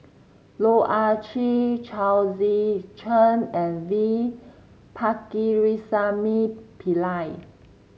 Loh Ah Chee Chao Tzee Cheng and V Pakirisamy Pillai